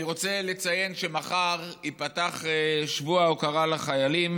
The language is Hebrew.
אני רוצה לציין שמחר ייפתח שבוע ההוקרה לחיילים,